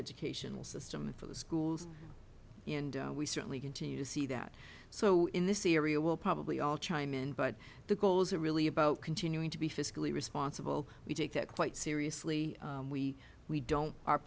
educational system for the schools and we certainly continue to see that so in this area we'll probably all chime in but the goals are really about continuing to be fiscally responsible we take that quite seriously we we don't our